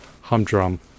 humdrum